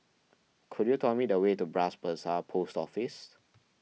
could you tell me the way to Bras Basah Post Office